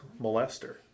molester